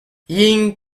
ying